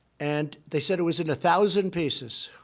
and they said it was in a thousand pieces.